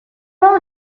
lors